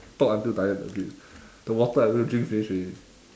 talk until tired a bit the water I also drink finish already